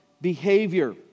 behavior